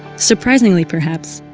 surprisingly, perhaps,